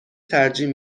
ترجیح